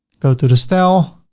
go to the style,